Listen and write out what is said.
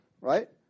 right